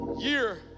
year